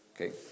Okay